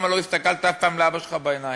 למה לא הסתכלת אף פעם לאבא שלך בעיניים,